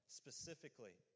specifically